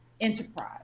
enterprise